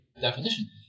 definition